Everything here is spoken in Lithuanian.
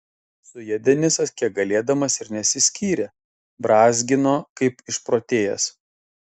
su ja denisas kiek galėdamas ir nesiskyrė brązgino kaip išprotėjęs